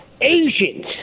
Asians